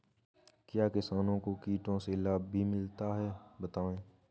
क्या किसानों को कीटों से लाभ भी मिलता है बताएँ?